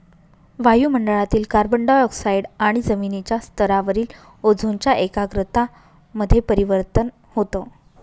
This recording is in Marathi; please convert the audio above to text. वायु मंडळातील कार्बन डाय ऑक्साईड आणि जमिनीच्या स्तरावरील ओझोनच्या एकाग्रता मध्ये परिवर्तन होतं